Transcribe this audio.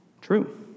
True